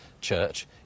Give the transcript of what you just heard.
church